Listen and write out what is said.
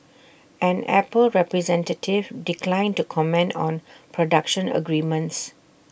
an Apple representative declined to comment on production agreements